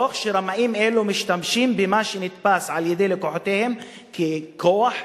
תוך שרמאים אלה משתמשים במה שנתפס על-ידי לקוחותיהם ככוח,